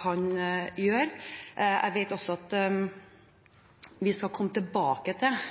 kan gjøre. Jeg vet også at vi skal komme tilbake